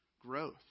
growth